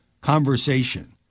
conversation